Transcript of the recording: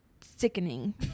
sickening